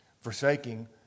forsaking